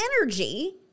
energy